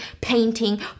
painting